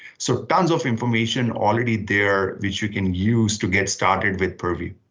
so tons of information already there, which you can use to get started with purview.